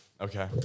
Okay